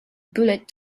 bullet